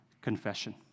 confession